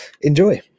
Enjoy